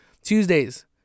Tuesdays